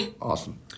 Awesome